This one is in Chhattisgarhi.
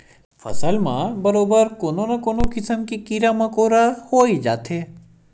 फसल म बरोबर कोनो न कोनो किसम के कीरा मकोरा होई जाथे